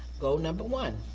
goal number one,